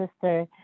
sister